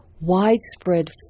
widespread